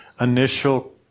initial